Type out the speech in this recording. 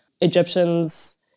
Egyptians